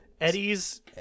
Eddie's